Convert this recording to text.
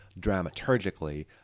dramaturgically